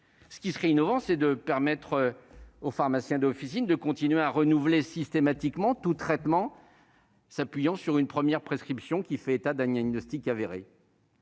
ce qui serait innovant, c'est de permettre aux pharmaciens d'officine de continuer à renouveler systématiquement tout traitement, s'appuyant sur une première prescriptions qui fait état d'Annie agnostique avérée.